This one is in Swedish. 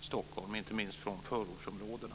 Stockholm - inte minst från förortsområdena.